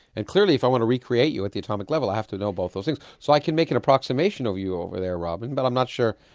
and clearly if i want to recreate you at the atomic level i have to know both those things. so i can make an approximation of you over there, robyn, but i'm not sure.